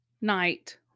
night